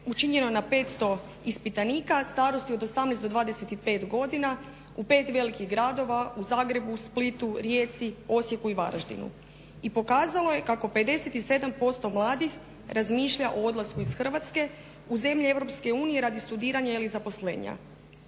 učinjeno na 500 ispitanika starosti od 18 do 25 godina, u pet velikih gradova: U Zagrebu, Splitu, Rijeci, Osijeku i Varaždinu i pokazalo je kako 57% mladih razmišlja o odlasku iz Hrvatske u zemlje Europske unije radi studiranja ili zaposlenja.